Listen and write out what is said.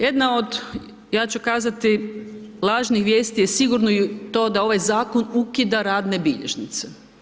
Jedna od ja ću kazati lažnih vijesti je sigurno i to da ovaj zakon ukida radne bilježnice.